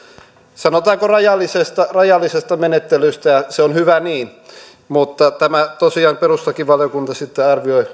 sanotaanko rajallisesta rajallisesta menettelystä ja se on hyvä niin mutta tosiaan perustuslakivaliokunta sitten arvioi